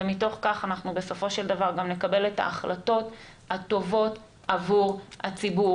ומתוך כך אנחנו בסופו של דבר גם נקבל את ההחלטות הטובות עבור הציבור,